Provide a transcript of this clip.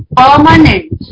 permanent